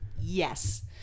yes